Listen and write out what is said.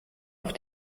auf